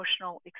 emotional